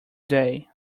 day